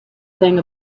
thing